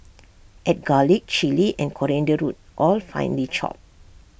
add garlic Chilli and coriander root all finely chopped